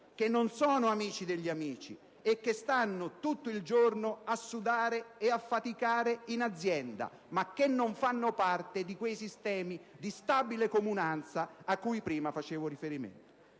che non sono amici degli amici e che stanno tutto il giorno a sudare e a faticare in azienda, ma che non fanno parte di quei sistemi di stabile comunanza a cui prima facevo riferimento.